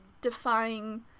defying